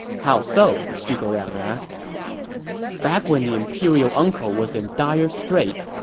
how so? zhuge liang asked back when the imperial uncle was in dire straits,